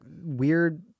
weird